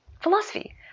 philosophy